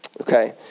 Okay